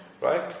right